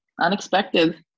Unexpected